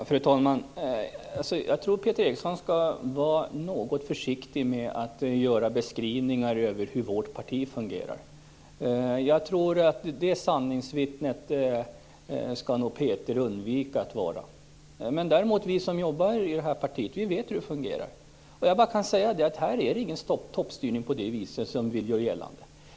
Fru talman! Jag tror att Peter Eriksson skall vara något försiktig med att göra beskrivningar av hur vårt parti fungerar. Peter Eriksson bör undvika att vara sanningsvittne i det sammanhanget. Vi som jobbar i vårt parti vet däremot hur det fungerar. Jag kan bara säga att det inte är någon toppstyrning på det vis som Peter Eriksson gör gällande.